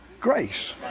Grace